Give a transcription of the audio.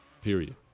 period